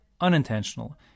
unintentional